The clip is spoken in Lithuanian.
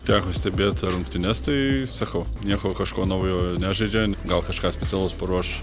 teko stebėt rungtynes tai sakau nieko kažko naujo nežaidžia gal kažką specialaus paruoš